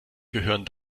gehören